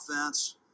offense